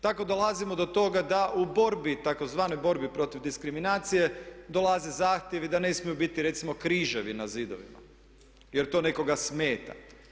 Tako dolazimo do toga da u borbi takozvane borbi protiv diskriminacije dolaze zahtjevi da ne smije biti recimo križevi na zidovima jer to nekoga smeta.